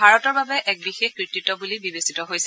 ভাৰতৰ বাবে এক বিশেষ কৃতিত্ব বুলি বিবেচিত হৈছে